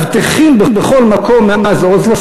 המאבטחים בכל מקום מאז אוסלו,